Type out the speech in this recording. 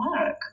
work